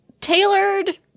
tailored